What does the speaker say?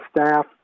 staff